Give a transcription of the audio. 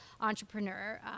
entrepreneur